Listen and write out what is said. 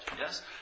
yes